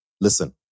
listen